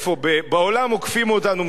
בעולם עוקפים אותנו משמאל,